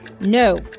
No